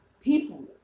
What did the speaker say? People